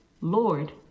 Lord